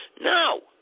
No